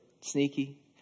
sneaky